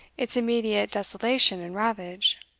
its immediate desolation and ravage.